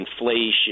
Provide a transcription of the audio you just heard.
inflation